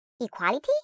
Equality